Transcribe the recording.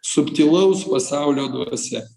subtilaus pasaulio dvasia